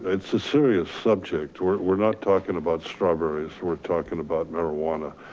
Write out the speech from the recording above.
it's a serious subject. we're we're not talking about strawberries, we're talking about marijuana,